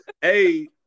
Hey